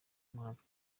umuhanzi